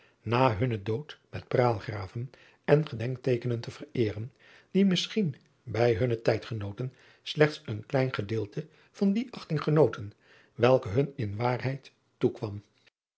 na hunnen dood met praalgraven en gedenkteekenen te driaan oosjes zn et leven van aurits ijnslager vereeren die misschien bij hunne tijdgenooten slechts een klein gedeelte van die achting genoten welke hun in waarheid toekwam